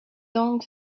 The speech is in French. donc